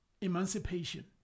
emancipation